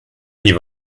die